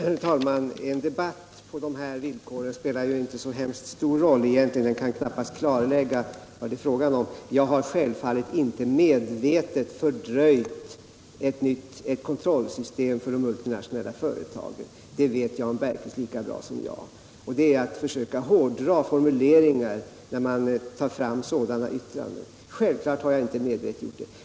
Herr talman! En debatt på de här villkoren spelar ju egentligen inte så stor roll; den kan knappast klargöra vad det är fråga om. Jag har självfallet inte medvetet fördröjt ett kontrollsystem för de multinationella företagen — det vet Jan Bergqvist lika bra som jag. Det är att försöka hårdra formuleringar, när man tar fram sådana yttranden.